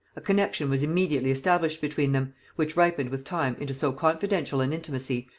a connexion was immediately established between them, which ripened with time into so confidential an intimacy,